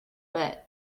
but